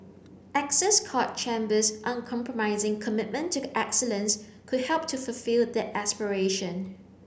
Excess Court Chambers uncompromising commitment to excellence could help to fulfil that aspiration